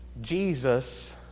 Jesus